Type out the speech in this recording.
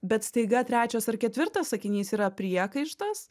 bet staiga trečias ar ketvirtas sakinys yra priekaištas